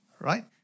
right